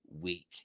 week